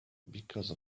because